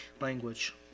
language